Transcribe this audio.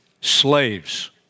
slaves